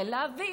חיל האוויר,